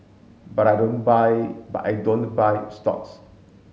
but I don't buy but I don't buy stocks